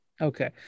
Okay